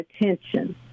attention